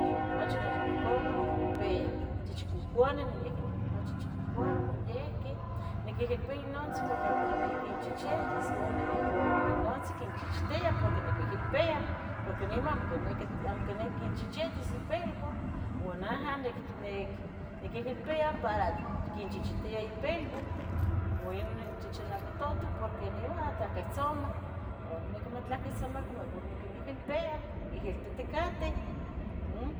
Nochi noyulcauah niquimpia, chichicuconeh noyihqui niquimpia chichicoconeh noyehqui, niquehilpia inontzin porque amo quinequi quinchichitis ua, ua inantzi quinchichitia porque niquehilpia porque nima amo quinic amo quinequi quinchichites ipilua, ua naha nic niquehilpia para quinchichitia ipilua, ua ino chichilamatuto porque nima matlaquihtzoma, ua amo nicniqui matlaquihtzoma cu mejor niquehilpia, ihilpiticateh, um.